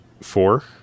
Four